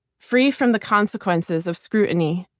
free from the consequences of scrutiny.